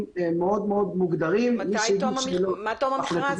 מאוד מאוד מוגדרים מתי תום המכרז?